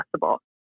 possible